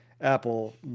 Apple